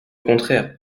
contraire